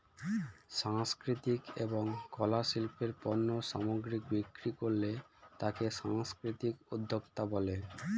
সাংস্কৃতিক এবং কলা শিল্পের পণ্য সামগ্রী বিক্রি করলে তাকে সাংস্কৃতিক উদ্যোক্তা বলে